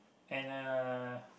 and uh